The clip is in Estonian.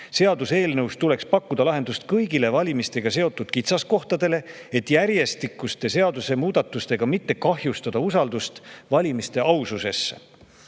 Seaduseelnõus tuleks pakkuda lahendus kõigile valimistega seotud kitsaskohtadele, et järjestikuste seadusemuudatustega mitte kahjustada usaldust valimiste aususse."